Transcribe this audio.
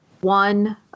one